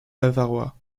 bavarois